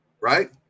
Right